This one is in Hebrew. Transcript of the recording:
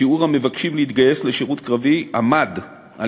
שיעור המבקשים להתגייס לשירות קרבי עמד על